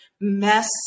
mess